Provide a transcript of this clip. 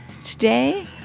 Today